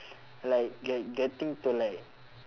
like get~ getting to like